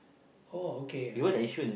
oh okay okay